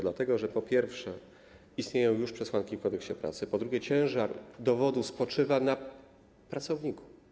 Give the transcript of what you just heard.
Dlatego że, po pierwsze, istnieją już przesłanki w Kodeksie pracy, po drugie, ciężar dowodu spoczywa na pracowniku.